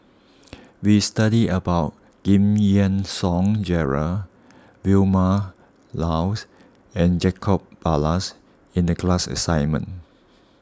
we studied about Giam Yean Song Gerald Vilma Laus and Jacob Ballas in the class assignment